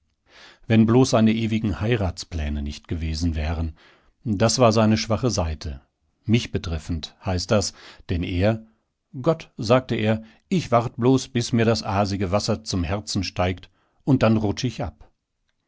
wenn bloß seine ewigen heiratspläne nicht gewesen wären das war seine schwache seite mich betreffend heißt das denn er gott sagte er ich wart bloß bis mir das aasige wasser zum herzen steigt und dann rutsch ich ab